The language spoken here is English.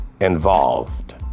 involved